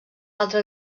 altre